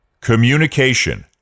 Communication